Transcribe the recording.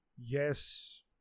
yes